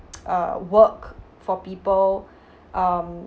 uh work for people um